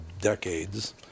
decades